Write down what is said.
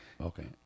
Okay